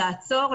לעצור,